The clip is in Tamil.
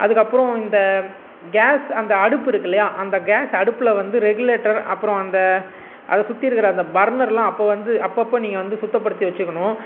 அதுக்கப்புறம் இந்த கேஸ் அந்த அடுப்பு இருக்கு இல்லையா அந்த கேஸ் அடுப்பில் வந்து ரெகுலேட்டர் அப்புறம் அந்த அதை சுற்றி இருக்கிற அந்த பர்னர் எல்லாம் அப்போ வந்து அப்பப்போ நீங்கள் வந்து சுத்த படுத்தி வச்சுக்கணும்